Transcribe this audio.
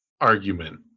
argument